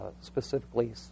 specifically